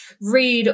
read